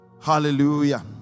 Hallelujah